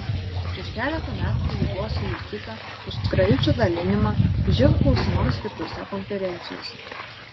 prieš keletą metų ji buvo sulaikyta už skrajučių dalinimą živ klausimams skirtose konferencijose